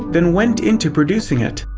then went into producing it.